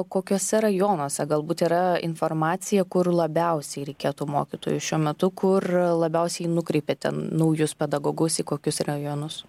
kokiuose rajonuose galbūt yra informacija kur labiausiai reikėtų mokytojų šiuo metu kur labiausiai nukreipiate naujus pedagogus į kokius rajonus